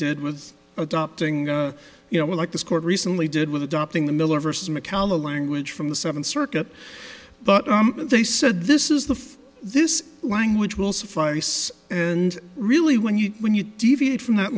did with adopting you know like this court recently did with adopting the miller versus mccalla language from the seventh circuit but they said this is the this language will suffice and really when you when you deviate from that